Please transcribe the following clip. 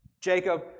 Jacob